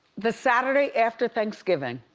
the saturday after thanksgiving.